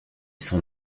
son